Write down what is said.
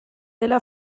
dela